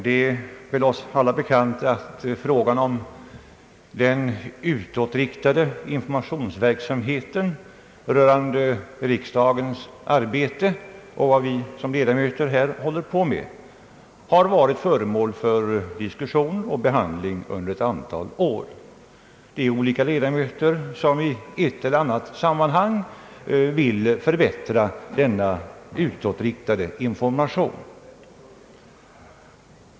Det är för oss alla bekant att frågan om den utåtriktade informationsverksamheten rörande riksdagens arbete och vad vi som ledamöter sysslar med har varit föremål för diskussion och behandling under ett antal år. Olika ledamöter har i skilda sammanhang velat förbättra denna utåtriktade information.